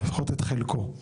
לפחות את חלקו.